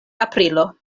aprilo